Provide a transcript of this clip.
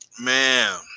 Man